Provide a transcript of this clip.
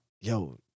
yo